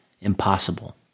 impossible